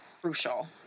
crucial